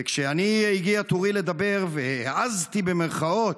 וכשהגיע תורי לדבר ו"העזתי", במירכאות,